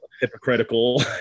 Hypocritical